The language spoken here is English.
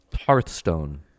Hearthstone